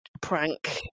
prank